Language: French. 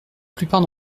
plupart